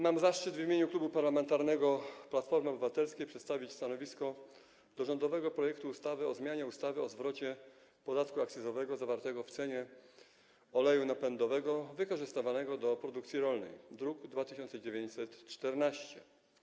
Mam zaszczyt w imieniu Klubu Parlamentarnego Platforma Obywatelska przedstawić stanowisko wobec rządowego projektu ustawy o zmianie ustawy o zwrocie podatku akcyzowego zawartego w cenie oleju napędowego wykorzystywanego do produkcji rolnej, druk nr 2914.